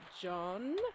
John